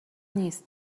نیست